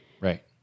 Right